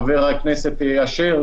חבר הכנסת אשר,